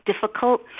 difficult